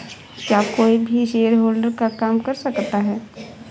क्या कोई भी शेयरहोल्डर का काम कर सकता है?